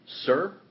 sir